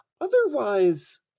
Otherwise